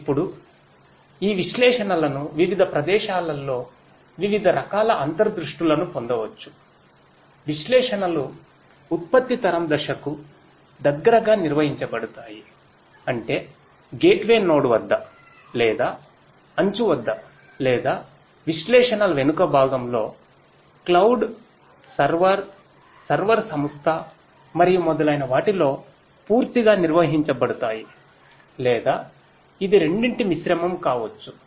ఇప్పుడు ఈ విశ్లేషణలను వివిధ ప్రదేశాలలో వివిధ రకాల అంతర్దృష్టులను మరియు మొదలైన వాటిలో పూర్తిగా నిర్వహించబడతాయి లేదా ఇది రెండింటి మిశ్రమం కావచ్చు